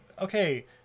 okay